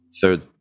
Third